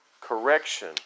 Correction